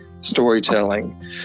storytelling